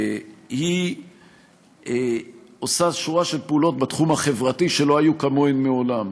היא עושה שורה של פעולות בתחום החברתי שלא היו כמוהן מעולם.